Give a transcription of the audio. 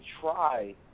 try